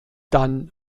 dann